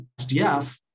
SDF